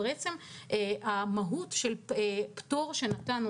הפטור שנתנו